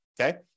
okay